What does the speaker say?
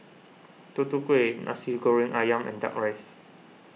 Tutu Kueh Nasi Goreng Ayam and Duck Rice